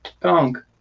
Kong